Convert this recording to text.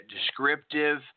descriptive